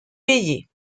payés